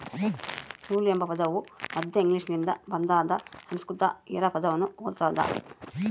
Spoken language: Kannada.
ನೂಲು ಎಂಬ ಪದವು ಮಧ್ಯ ಇಂಗ್ಲಿಷ್ನಿಂದ ಬಂದಾದ ಸಂಸ್ಕೃತ ಹಿರಾ ಪದವನ್ನು ಹೊಲ್ತದ